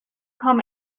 come